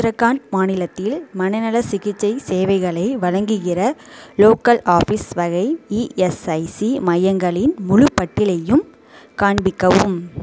உத்தராகாண்ட் மாநிலத்தில் மனநலச் சிகிச்சை சேவைகளை வழங்குகிற லோக்கல் ஆஃபீஸ் வகை இஎஸ்ஐசி மையங்களின் முழுப் பட்டியலையும் காண்பிக்கவும்